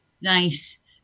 Nice